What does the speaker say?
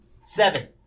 Seven